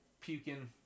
puking